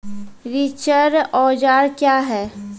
रिचर औजार क्या हैं?